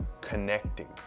connecting